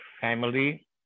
family